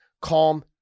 calm